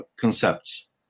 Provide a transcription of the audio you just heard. concepts